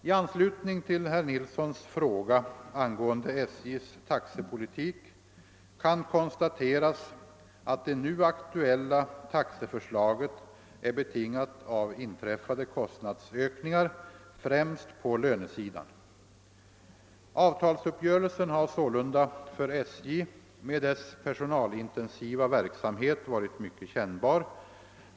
I anslutning till herr Nilssons fråga angående SJ:s taxepolitik kan konstateras, att det nu aktuella taxeförslaget är betingat av inträffade kostnadsökningar, främst på lönesidan. Avtalsuppgörelsen har sålunda för SJ med dess personalintensiva verksamhet varit mycket kännbar.